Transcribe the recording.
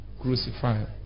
crucified